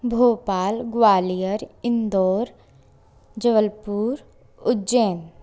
Bhopal Gwalior Indore Jabalpur Ujjain